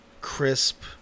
crisp